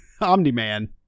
Omni-Man